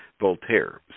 Voltaire